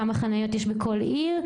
כמה חניות יש בכל עיר,